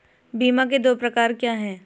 बीमा के दो प्रकार क्या हैं?